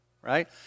right